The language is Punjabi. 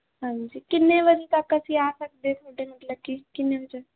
ਹਾਂਜੀ ਕਿੰਨੇ ਵਜੇ ਤੱਕ ਅਸੀਂ ਆ ਸਕਦੇ ਤੁਹਾਡੇ ਮਤਲਬ ਕਿ ਕਿੰਨੇ ਵਜੇ